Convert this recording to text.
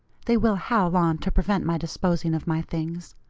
they will howl on to prevent my disposing of my things.